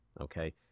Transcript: Okay